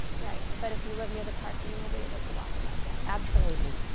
right. but if you live near the park then you will be able to walk or bike in? absolutely.